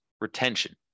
retention